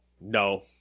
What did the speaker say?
No